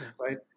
right